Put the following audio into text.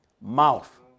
mouth